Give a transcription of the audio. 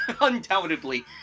undoubtedly